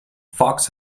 fox